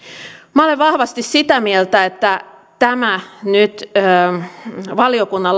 minä olen vahvasti sitä mieltä että tämä nyt valiokunnan